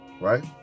right